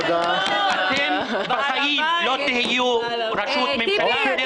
אתם בחיים לא תהיו בראשות ממשלה.